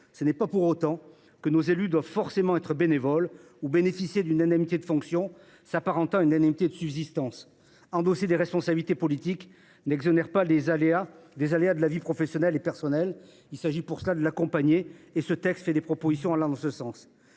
Ce n’est pas pour autant que nos élus doivent forcément être bénévoles ou bénéficier d’une indemnité de fonction s’apparentant à une indemnité de subsistance. Endosser des responsabilités politiques n’exonère pas des aléas de la vie professionnelle et personnelle. Ce texte formule des propositions en ce sens.